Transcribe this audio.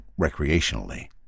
recreationally